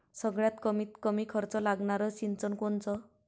सगळ्यात कमीत कमी खर्च लागनारं सिंचन कोनचं?